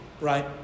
right